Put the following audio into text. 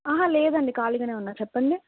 ఆహా లేదండి ఖాళీగానే ఉన్నాను చెప్పండి